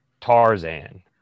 Tarzan